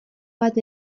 bat